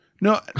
No